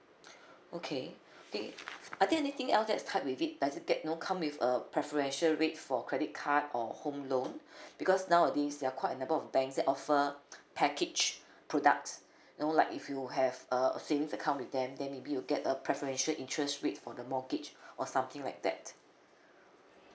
okay I think are there anything else that's tied with it does it get no come with a preferential rate for credit card or home loan because nowadays there are quite a number of banks that offer package products know like if you have a a savings account with them then maybe you get a preferential interest rate for the mortgage or something like that